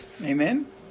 Amen